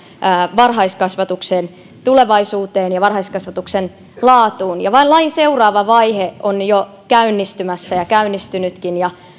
varhaiskasvatuksen tulevaisuuteen ja varhaiskasvatuksen laatuun lain seuraava vaihe on jo käynnistymässä ja käynnistynytkin ja